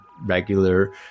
regular